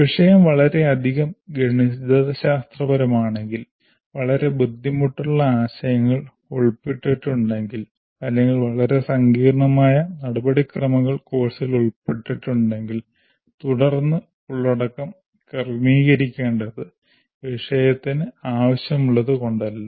വിഷയം വളരെയധികം ഗണിതശാസ്ത്രപരമാണെങ്കിൽ വളരെ ബുദ്ധിമുട്ടുള്ള ആശയങ്ങൾ ഉൾപ്പെട്ടിട്ടുണ്ടെങ്കിൽ അല്ലെങ്കിൽ വളരെ സങ്കീർണ്ണമായ നടപടിക്രമങ്ങൾ കോഴ്സിൽ ഉൾപ്പെട്ടിട്ടുണ്ടെങ്കിൽ തുടർന്ന് ഉള്ളടക്കം ക്രമീകരിക്കേണ്ടത് വിഷയത്തിന് ആവശ്യമുള്ളതുകൊണ്ടല്ല